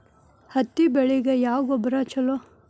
ಹತ್ತಿ ಬೆಳಿಗ ಯಾವ ಗೊಬ್ಬರ ಛಲೋ?